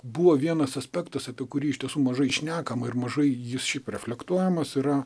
buvo vienas aspektas apie kurį iš tiesų mažai šnekama ir mažai jis šiaip reflektuojamas tai yra